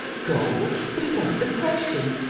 go? but it's out of the question!